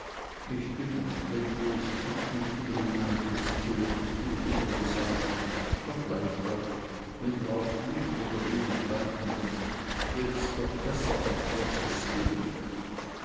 mich dünkt wenn du es gut mit uli meintest so würdest du zu uli sagen vergleicht euch wenn du auch viel oder wenig leiden mußt so ists doch besser als prozessieren